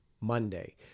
Monday